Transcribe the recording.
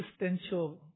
existential